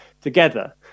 together